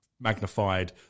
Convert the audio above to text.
magnified